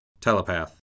Telepath